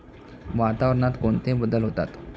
वातावरणात कोणते बदल होतात?